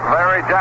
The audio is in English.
Larry